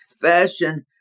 fashion